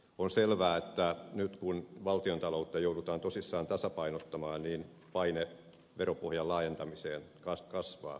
on selvää että nyt kun valtiontaloutta joudutaan tosissaan tasapainottamaan paine veropohjan laajentamiseen kasvaa